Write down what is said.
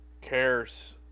cares